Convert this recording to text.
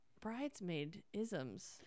bridesmaid-isms